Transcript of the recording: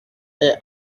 est